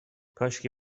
کاشکی